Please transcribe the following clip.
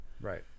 Right